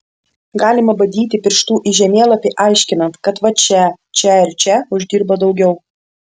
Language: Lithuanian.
galima badyti pirštu į žemėlapį aiškinant kad va čia čia ir čia uždirba daugiau